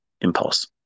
impulse